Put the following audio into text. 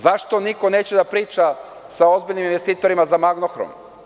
Zašto niko neće da priča sa ozbiljnim investitorima za „Magnohrom“